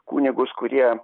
kunigus kurie